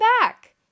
back